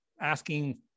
asking